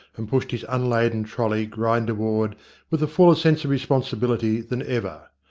and pushed his unladen trolley grinder-ward with a fuller sense of responsibility than ever.